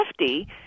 lefty